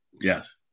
Yes